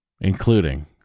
including